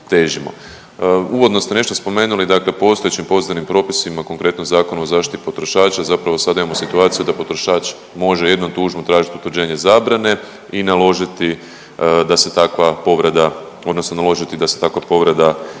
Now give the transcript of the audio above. Uvodno ste nešto spomenuli dakle postojećim pozitivnim propisima, konkretno, Zakonu o zaštiti potrošača zapravo sada imamo situaciju da potrošač može jednom tužbom tražiti utvrđenje zabrane i naložiti da se takva povreda, odnosno naložiti da se takva povreda makne